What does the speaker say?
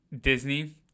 Disney